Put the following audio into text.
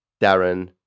Darren